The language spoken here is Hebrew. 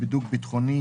בידוק ביטחוני,